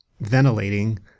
ventilating